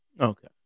Okay